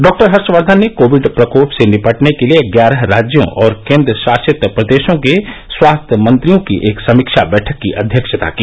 doctor Harshvardhan ने covid प्रकोप से निपटने के लिए ग्यारह राज्यों और केन्द्र शासित प्रदेशों के स्वास्थ्य मंत्रियों की एक समीक्षा बैठक की अध्यक्षता की